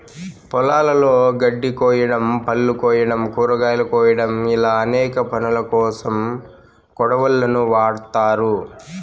పొలాలలో గడ్డి కోయడం, పళ్ళు కోయడం, కూరగాయలు కోయడం ఇలా అనేక పనులకోసం కొడవళ్ళను వాడ్తారు